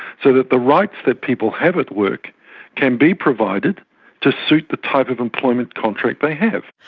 so that the rights that people have at work can be provided to suit the type of employment contract they have.